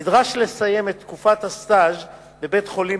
נדרש לסיים את תקופת הסטאז' בבית-חולים